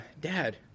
Dad